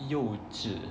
幼稚